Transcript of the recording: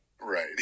Right